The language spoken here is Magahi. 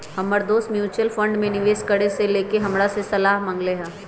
हमर दोस म्यूच्यूअल फंड में निवेश करे से लेके हमरा से सलाह मांगलय ह